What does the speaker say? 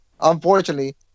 Unfortunately